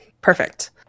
perfect